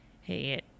hey